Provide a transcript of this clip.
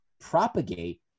propagate